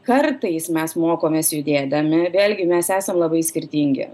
kartais mes mokomės judėdami vėlgi mes esam labai skirtingi